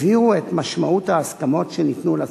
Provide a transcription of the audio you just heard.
הבהירו את משמעות ההסכמות שניתנו לספר.